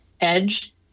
edge